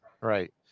Right